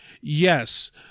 yes